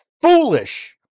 foolish